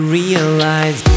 realize